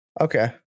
Okay